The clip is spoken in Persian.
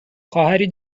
خواهری